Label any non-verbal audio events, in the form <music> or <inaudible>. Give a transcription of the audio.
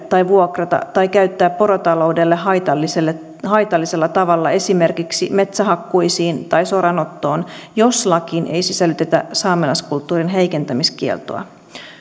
<unintelligible> tai vuokrata tai käyttää porotaloudelle haitallisella haitallisella tavalla esimerkiksi metsähakkuisiin tai soranottoon jos lakiin ei sisällytetä saamelaiskulttuurin heikentämiskieltoa